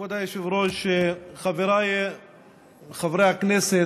כבוד היושב-ראש, חבריי חברי הכנסת,